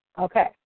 Okay